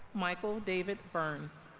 micheal david burns